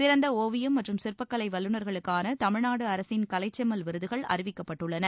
சிறந்த ஒவியம் மற்றும் சிற்பக்கலை வல்லுநர்களுக்கான தமிழ்நாடு அரசின் கலைச்செம்மல் விருதுகள் அறிவிக்கப்பட்டுள்ளன